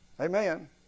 Amen